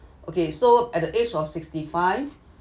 okay so at the age of sixty five